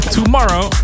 Tomorrow